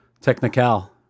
technical